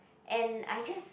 and I just